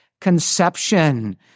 conception